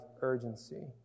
urgency